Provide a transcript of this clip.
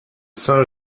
saint